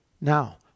Now